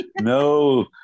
No